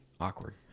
Awkward